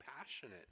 passionate